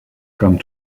come